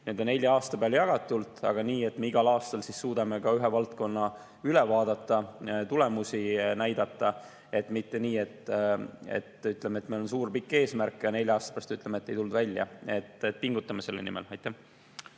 nende nelja aasta peale jagatult, aga nii, et me igal aastal siis suudame ka ühe valdkonna üle vaadata ja tulemusi näidata, mitte nii, et meil on suur pikk eesmärk, aga nelja aasta pärast ütleme, et ei tulnud välja. Pingutame selle nimel.